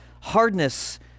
hardness